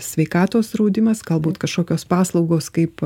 sveikatos draudimas galbūt kažkokios paslaugos kaip